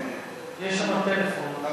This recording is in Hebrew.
יש שם טלפון.